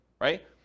right